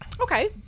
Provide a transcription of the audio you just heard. Okay